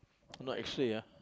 not X-ray ah